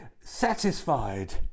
satisfied